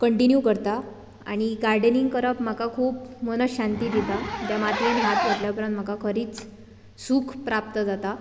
continue करता आनी gardening करप म्हाका खूब मन शांती दिता त्या मातयेंत हात घातले उपरांत म्हाका खरीच सूख प्राप्त जाता